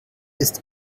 ist